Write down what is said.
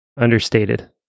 understated